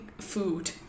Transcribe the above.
food